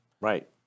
Right